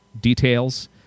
details